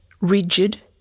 rigid